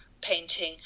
painting